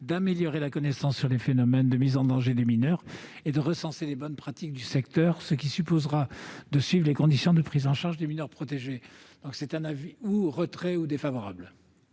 d'améliorer la connaissance sur les phénomènes de mise en danger des mineurs, et de recenser les bonnes pratiques du secteur, ce qui supposera de suivre les conditions de prise en charge des mineurs protégés. Je vous demanderai donc,